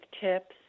tips